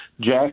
Jack